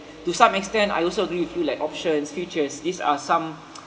to some extent I also agree with you like options futures these are some